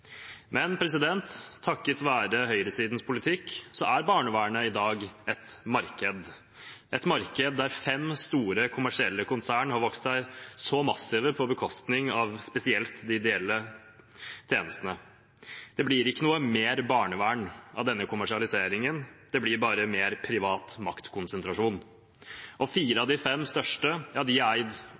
Men takket være høyresidens politikk er barnevernet i dag et marked – et marked der fem store kommersielle konserner har vokst seg massive på bekostning av spesielt de ideelle tjenestene. Det blir ikke noe mer barnevern av denne kommersialiseringen, det blir bare mer privat maktkonsentrasjon. Og fire av de fem største er eid eller kontrollert av internasjonale oppkjøpsfond som er